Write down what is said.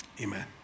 Amen